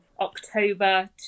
October